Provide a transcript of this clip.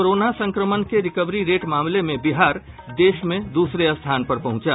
corona संक्रमण के recovery rate मामले में बिहार देश में दूसरे स्थान पर पहुंचा